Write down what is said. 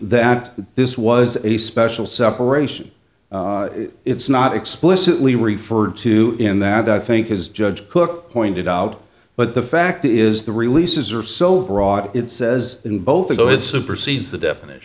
that this was a special separation it's not explicitly referred to in that i think is judge cook pointed out but the fact is the releases are so broad it says in both go that supersedes the definition